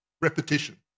Repetition